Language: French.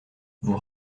vous